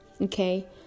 okay